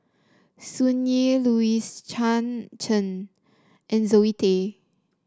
Sun Yee Louis Chen and Zoe Tay